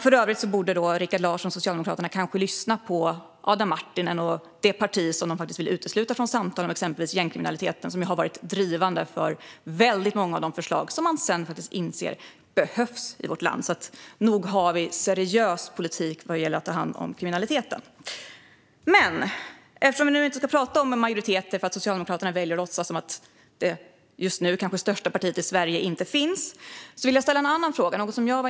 För övrigt borde kanske Rikard Larsson och Socialdemokraterna lyssna på Adam Marttinen och det parti som de vill utesluta från samtal om exempelvis gängkriminaliteten, som har varit drivande för väldigt många av de förslag som de sedan faktiskt insett behövs i vårt land. Nog har vi en seriös politik när det gäller att ta hand om kriminaliteten. Men eftersom vi inte ska tala om majoriteter därför att Socialdemokraterna väljer att låtsas som att det just nu kanske största partiet i Sverige inte finns vill jag ställa en annan fråga.